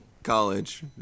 College